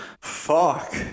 Fuck